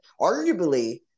Arguably